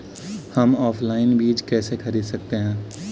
हम ऑनलाइन बीज कैसे खरीद सकते हैं?